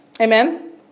Amen